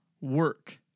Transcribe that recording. work